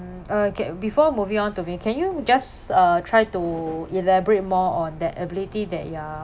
okay before moving on to me can you just uh try to elaborate more on that ability that ya